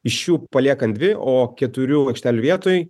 iš jų paliekant dvi o keturių aikštelių vietoj